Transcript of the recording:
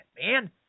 man